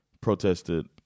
protested